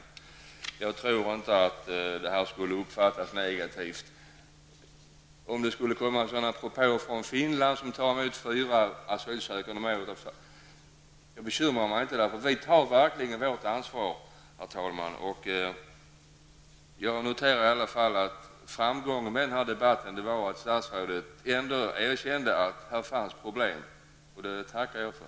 Jag tror inte att detta skulle uppfattas negativt. Att det kommer sådana propåer från Finland, som tar emot fyra asylsökande om året, bekymrar mig inte, eftersom vi, herr talman, verkligen tar vårt ansvar. Jag noterar i alla fall att framgången med den här debatten har varit att statsrådet ändå erkände att det finns problem på det här området och det tackar jag för.